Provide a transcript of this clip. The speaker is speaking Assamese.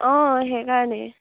অঁ সেইকাৰণেই